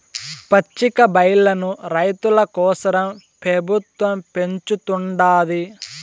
పచ్చికబయల్లను రైతుల కోసరం పెబుత్వం పెంచుతుండాది